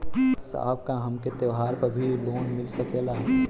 साहब का हमके त्योहार पर भी लों मिल सकेला?